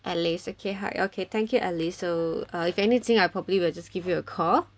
alice okay hi okay thank you alice so uh if anything I probably will just give you a call